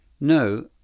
No